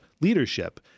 leadership